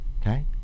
okay